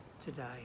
today